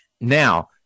Now